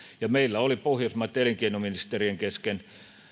meillä oli pohjoismaitten elinkeinoministerien kesken